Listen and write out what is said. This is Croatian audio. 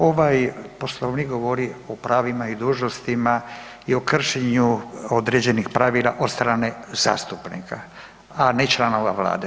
Ovaj Poslovnik govori o pravima i dužnostima i o kršenju određenih pravila od strane zastupnika, a ne članova Vlade.